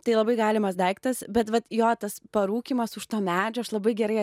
tai labai galimas daiktas bet vat jo tas parūkymas už to medžio aš labai gerai